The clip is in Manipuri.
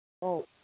ꯑꯧ